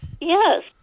Yes